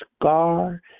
scar